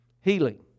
Healing